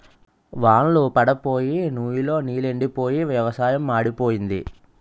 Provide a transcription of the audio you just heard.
వాన్ళ్లు పడప్పోయి నుయ్ లో నీలెండిపోయి వ్యవసాయం మాడిపోయింది